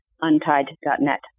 untied.net